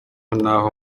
n’aho